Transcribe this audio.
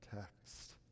text